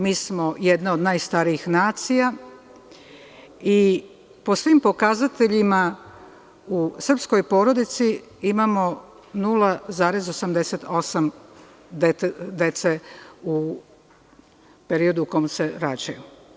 Mi smo jedna od najstarijih nacija i po svim pokazateljima u srpskoj porodici imamo 0,88 dece u periodu u kom se rađaju.